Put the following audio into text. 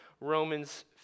Romans